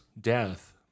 death